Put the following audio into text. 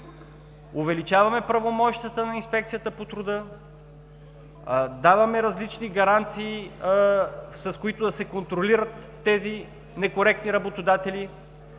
увеличаваме правомощията на Инспекцията по труда, даваме различни гаранции, с които да се контролират тези некоректни работодатели.